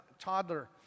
toddler